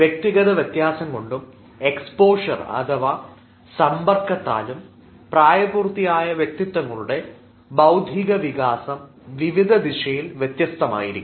വ്യക്തിഗത വ്യത്യാസം കൊണ്ടും എക്സ്പോഷർ അഥവാ സമ്പർക്കത്താലും പ്രായപൂർത്തിയായ വ്യക്തിത്വങ്ങളുടെ ബൌദ്ധിക വികാസം വിവിധ ദിശയിൽ വ്യത്യസ്തമായിരിക്കും